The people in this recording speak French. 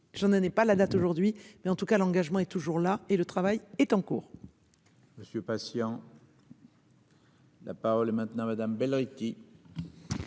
n'en ai pas la date aujourd'hui, mais en tout cas l'engagement est toujours là et le travail est en cours. Monsieur. La parole est maintenant Madame Belletti.